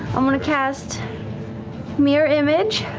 i'm going to cast mirror image.